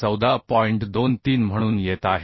23 म्हणून येत आहे